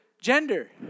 gender